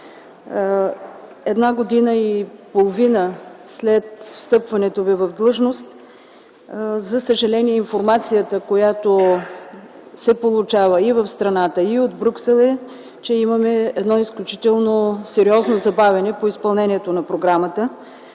Година и половина след встъпването Ви в длъжност, за съжаление, информацията, която се получава и в страната, и от Брюксел, е, че имаме едно изключително сериозно забавяне по изпълнението на програмата.